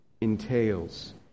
entails